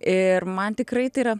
ir man tikrai tai yra